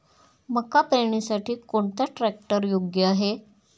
मका पेरणीसाठी कोणता ट्रॅक्टर योग्य आहे?